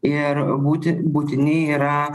ir būti būtini yra